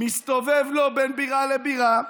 מסתובב לו בין בירה לבירה,